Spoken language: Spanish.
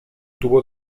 tuvo